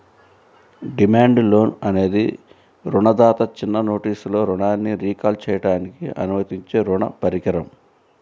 demand loan అనేది రుణదాత చిన్న నోటీసులో రుణాన్ని రీకాల్ చేయడానికి అనుమతించే రుణ పరికరం